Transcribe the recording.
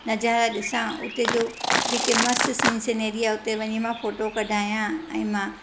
नज़ारा ॾिसां उते जो जेके मस्तु सिन सिनेरी आहे उते वञीं मां फोटो कढायां ऐं मां